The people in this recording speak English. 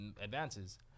advances